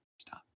Stop